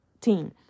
team